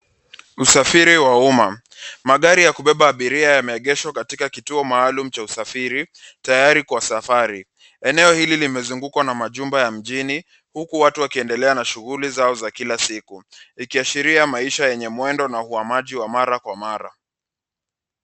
Usafiri wa umma. Magari ya kubeba abiria yameegeshwa katika kituo maalum cha usafiri tayari kwa safari. Eneo hili limezungukwa na majumba ya mjini huku watu wakiendelea na shuguli zao za kila siku ikiashiria maisha yenye mwendo na uhamaji wa mara kwa mara.